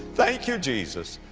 thank you, jesus.